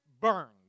burned